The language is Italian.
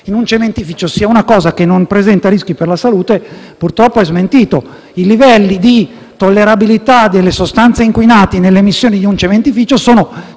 in un cementificio sia una cosa che non presenta rischi per la salute purtroppo è smentito: i livelli di tollerabilità delle sostanze inquinanti nelle emissioni di un cementificio sono